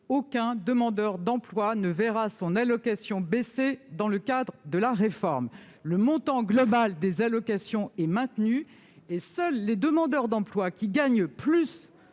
aucun demandeur d'emploi ne verra son allocation baisser dans le cadre de la réforme. Le montant global des allocations est maintenu, et seuls les demandeurs d'emploi qui gagnent plus